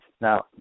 Now